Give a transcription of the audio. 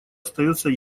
остается